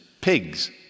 pigs